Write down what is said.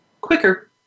quicker